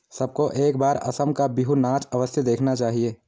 सबको एक बार असम का बिहू नाच अवश्य देखना चाहिए